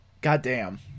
Goddamn